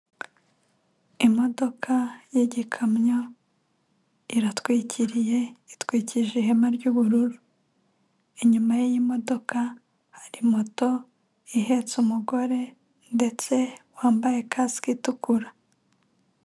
Imodoka y'igikamyo iratwikiriye itwikije ihema ry'ubururu, inyuma y'iyi modoka hari moto ihetse umugore ndetse wambaye kasike itukura.